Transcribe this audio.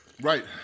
Right